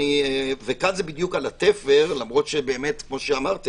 וכאן זה בדיוק על התפר, למרות שכפי שאמרתם,